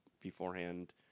beforehand